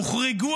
הוחרגו